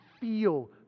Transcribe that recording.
feel